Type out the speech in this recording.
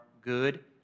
good